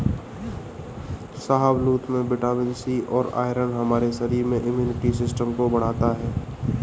शाहबलूत में vitamin C और आयरन हमारे शरीर में इम्युनिटी सिस्टम को बढ़ता है